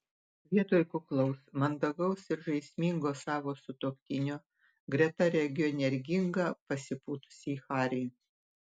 vietoj kuklaus mandagaus ir žaismingo savo sutuoktinio greta regiu energingą pasipūtusį harį